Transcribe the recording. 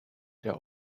der